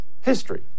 history